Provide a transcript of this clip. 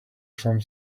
some